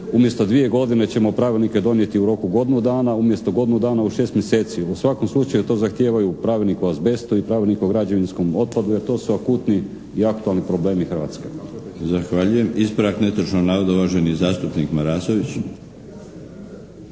umjesto dvije godine ćemo pravilnike donijeti u roku godinu dana, umjesto godinu dana u šest mjeseci. U svakom slučaju to zahtijevaju Pravilnik o azbestu i Pravilnik o građevinskom otpadu, jer to su akutni i aktualni problemi Hrvatske. **Milinović, Darko (HDZ)** Zahvaljujem. Ispravak netočnog navoda, uvaženi zastupnik Marasović.